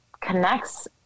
connects